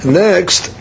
next